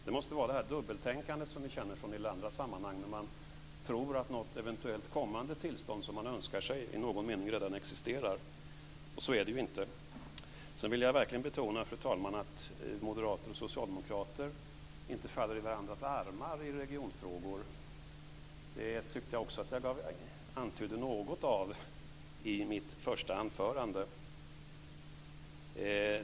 Det måste vara det här dubbeltänkandet, som vi känner från en del andra sammanhang, när man tror att något eventuellt kommande tillstånd som man önskar sig i någon mening redan existerar. Så är det ju inte. Jag vill verkligen betona, fru talman, att moderater och socialdemokrater inte faller i varandras armar i regionfrågor. Jag tyckte att jag antydde något av det i mitt anförande.